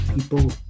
people